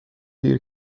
دیر